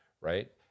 right